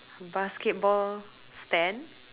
basketball stand